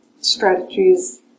strategies